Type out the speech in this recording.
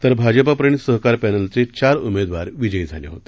तर भाजपा प्रणित सहकार पॅनलचे चार उमेदवार विजयी झाले होते